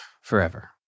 forever